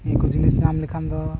ᱱᱤᱭᱟᱹ ᱠᱚ ᱡᱤᱱᱤᱥ ᱧᱟᱢ ᱞᱮᱠᱷᱟᱱ ᱫᱚ